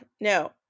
No